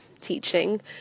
teaching